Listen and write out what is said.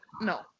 no